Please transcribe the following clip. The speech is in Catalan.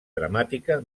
dramàtica